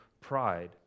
pride